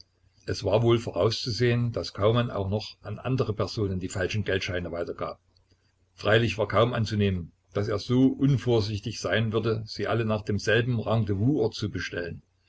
es war wohl vorauszusehen daß kaumann auch noch an andere personen die falschen geldscheine weitergab freilich war kaum anzunehmen daß er so unvorsichtig sein würde sie alle nach demselben rendezvousort zu bestellen